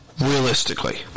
Realistically